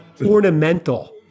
ornamental